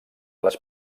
les